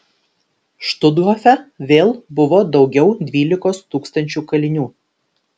štuthofe vėl buvo daugiau dvylikos tūkstančių kalinių